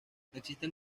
existen